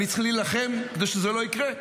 אני צריך להילחם כדי שזה לא יקרה?